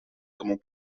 кому